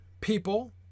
People